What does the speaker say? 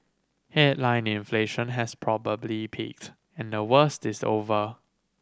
headline inflation has probably peaked and the worst is over